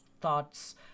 thoughts